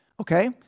Okay